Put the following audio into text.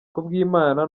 kubwimana